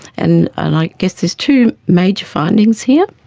and and i guess there's two major findings here.